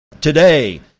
Today